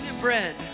bread